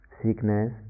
sickness